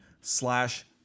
slash